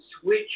switch